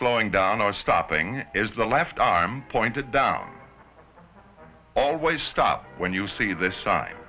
slowing down or stopping as the left arm pointed down always stop when you see this